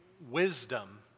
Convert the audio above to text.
wisdom